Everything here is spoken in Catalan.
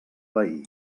veí